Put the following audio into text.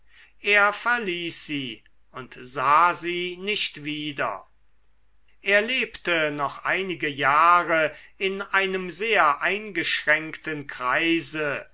er verließ sie und sah sie nicht wieder er lebte noch einige jahre in einem sehr eingeschränkten kreise